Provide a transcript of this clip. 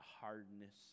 hardness